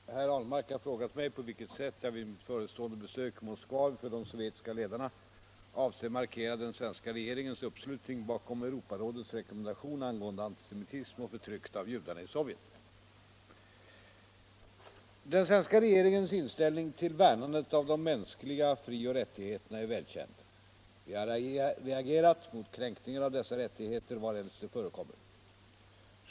268, och anförde: Herr talman! Herr Ahlmark har frågat mig på vilket sätt jag vid mitt förestående besök i Moskva inför de sovjetiska ledarna avser markera den svenska regeringens uppslutning bakom Europarådets rekommendation angående antisemitism och förtrycket av judarna i Sovjet. Den svenska regeringens inställning till värnandet av de mänskliga frioch rättigheterna är välkänd. Vi har reagerat mot kränkningar av dessa rättigheter varhelst de förekommer.